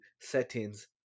settings